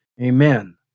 Amen